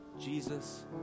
Jesus